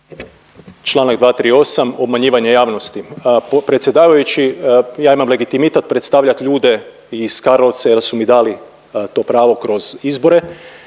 Čl. 238., obmanjivanje javnosti. Predsjedavajući, ja imam legitimitet predstavljat ljude iz Karlovaca jel su mi dali to pravo kroz izbore